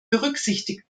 berücksichtigt